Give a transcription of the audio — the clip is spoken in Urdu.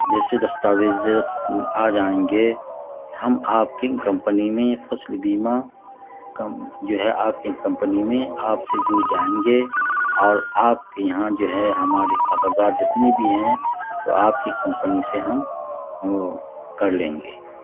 جیسے دستاویز آ جائیں گے ہم آپ کی کمپنی میں فصل بیمہ جو ہے آپ کی کمپنی میں آپ سے جڑ جائیں گے اور آپ کے یہاں جو ہے ہماری کاغذات جتنی بھی ہیں تو آپ کی کمپنی سے ہم کر لیں گے